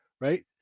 right